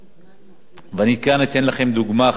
אני אתן לכם דוגמה, חברי חברי הכנסת,